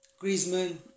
Griezmann